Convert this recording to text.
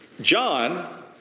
John